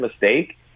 mistake